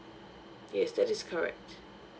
yes that is correct